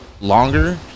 longer